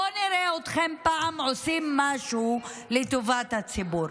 בואו נראה אתכם פעם עושים משהו לטובת הציבור.